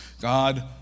God